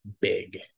big